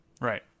Right